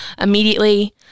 immediately